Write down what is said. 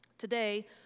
Today